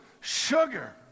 sugar